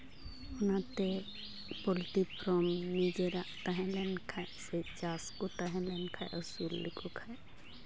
ᱚᱱᱟᱛᱮ poultry from ᱱᱤᱡᱮᱨᱟᱜ ᱛᱟᱦᱮᱸ ᱞᱮᱱᱠᱷᱟᱡ ᱥᱮ ᱪᱟᱥ ᱠᱚ ᱛᱟᱦᱮᱸ ᱞᱮᱱᱠᱷᱟᱡ ᱟᱹᱥᱩᱞ ᱞᱮᱠᱚ ᱠᱷᱟᱡ